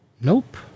Nope